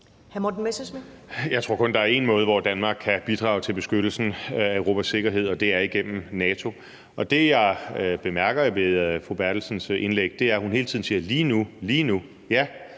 Jeg tror kun, der er én måde, hvorpå Danmark kan bidrage til beskyttelsen af Europas sikkerhed, og det er igennem NATO, og det, jeg bemærker ved fru Anne Valentina Berthelsens indlæg, er, at hun hele tiden siger: Lige nu, lige nu. Ja,